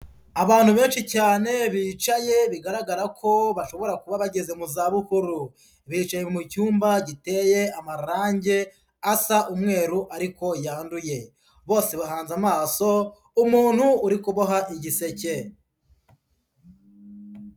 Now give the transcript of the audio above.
Abantu benshi cyane bicaye bigaragara ko bashobora kuba bageze mu zabukuru, bicaye mu cyumba giteye amarangi asa umweru ariko yanduye, bose bahanze amaso umuntu uri kuboha igiseke.